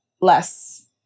less